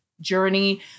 journey